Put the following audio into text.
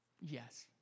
Yes